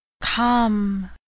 come